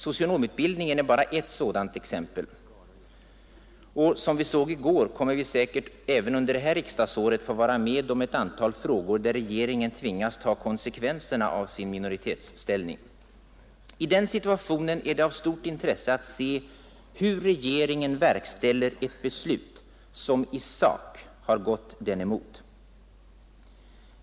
Socionomutbildningen är bara ett sådant exempel. Och som vi såg i går kommer vi säkert att även under det här riksdagsåret få vara med om ett antal frågor där regeringen tvingas ta konsekvenserna av sin minoritetsställning. I den situationen är det av stort intresse att se efter hur regeringen verkställer ett beslut som i sak har gått den emot.